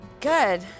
Good